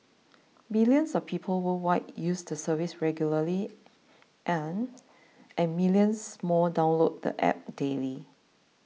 billions of people worldwide use the service regularly and and millions more download the app daily